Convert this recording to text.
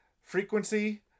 Frequency